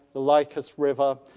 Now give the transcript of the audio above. the lycus river,